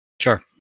Sure